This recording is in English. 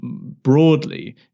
broadly